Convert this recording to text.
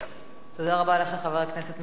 תודה רבה לך, חבר הכנסת מאיר שטרית.